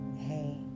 hey